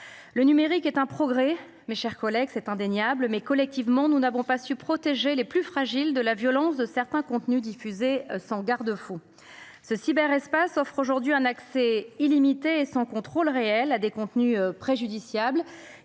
Le numérique est un progrès, mes chers collègues. C’est indéniable. Mais, collectivement, nous n’avons pas su protéger les plus fragiles de la violence de certains contenus diffusés sans garde fous. Ce cyberespace offre aujourd’hui un accès illimité et sans contrôle réel à des contenus préjudiciables.